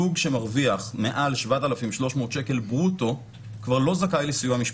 זוג שמרוויח מעל 7,300 שקל ברוטו כבר לא זכאי לסיוע משפטי.